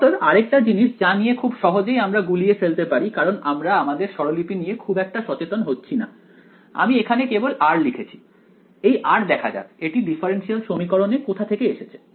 অতএব আরেকটা জিনিস যা নিয়ে খুব সহজেই আমরা গুলিয়ে ফেলতে পারি কারণ আমরা আমাদের স্বরলিপি নিয়ে খুব একটা সচেতন হচ্ছি না আমি এখানে কেবল r লিখেছি এই r দেখা যাক এটি ডিফারেন্সিয়াল সমীকরণ এ কোথা থেকে এসেছে